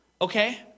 okay